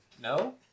No